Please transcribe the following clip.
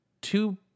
two